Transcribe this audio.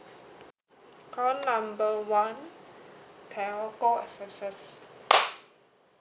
call number one telco services